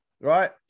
right